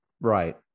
Right